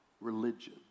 religion